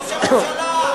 ראש הממשלה,